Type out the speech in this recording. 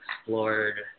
explored